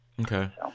Okay